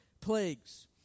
plagues